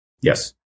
Yes